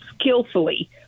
skillfully